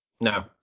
No